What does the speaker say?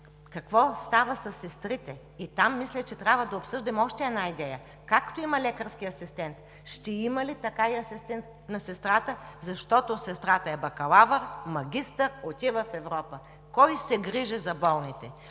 Какво става със сестрите? И там мисля, че трябва да обсъдим още една идея – както има лекарски асистент, ще има ли и сестрата, защото сестрата е бакалавър, магистър, отива в Европа? Кой се грижи за болните?